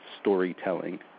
storytelling